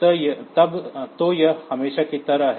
तो यह हमेशा की तरह है